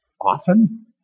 Often